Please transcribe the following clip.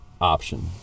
option